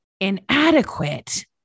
inadequate